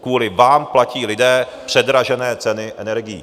Kvůli vám platí lidé předražené ceny energií.